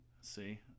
See